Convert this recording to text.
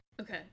Okay